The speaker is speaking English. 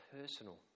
personal